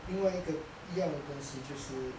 另外一个一样的东西就是